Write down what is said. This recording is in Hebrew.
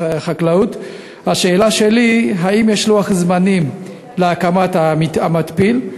השאלות שלי הן: האם יש לוח זמנים להקמת המתפיל?